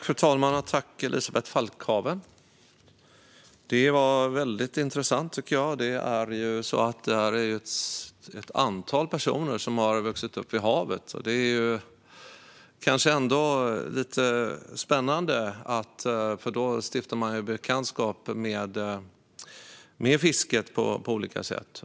Fru talman! Tack, Elisabeth Falkhaven! Det var väldigt intressant! Vi är ett antal personer som har vuxit upp vid havet. Det är spännande, för då stiftar man bekantskap med fisket på olika sätt.